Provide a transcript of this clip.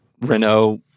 Renault